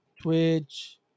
Twitch